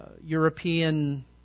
European